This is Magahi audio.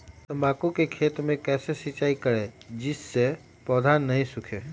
तम्बाकू के खेत मे कैसे सिंचाई करें जिस से पौधा नहीं सूखे?